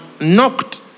knocked